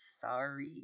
sorry